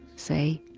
say,